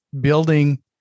building